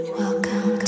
welcome